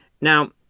Now